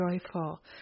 joyful